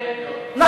בית-המשפט העליון.